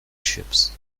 ships